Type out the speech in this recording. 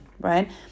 right